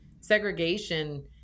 Segregation